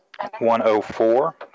104